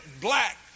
black